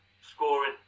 scoring